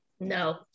No